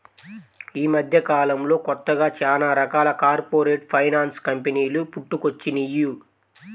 యీ మద్దెకాలంలో కొత్తగా చానా రకాల కార్పొరేట్ ఫైనాన్స్ కంపెనీలు పుట్టుకొచ్చినియ్యి